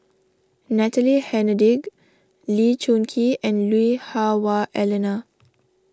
Natalie Hennedige Lee Choon Kee and Lui Hah Wah Elena